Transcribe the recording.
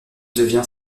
devient